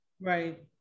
Right